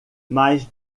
mais